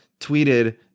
tweeted